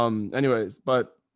um anyways, but